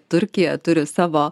turkija turi savo